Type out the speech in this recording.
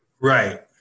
Right